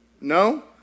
No